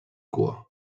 cua